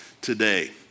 today